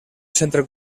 centre